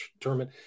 determine